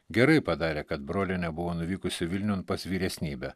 gerai padarė kad brolienė buvo nuvykusi vilniun pas vyresnybę